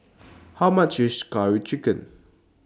How much IS Curry Chicken